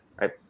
right